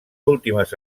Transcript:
últimes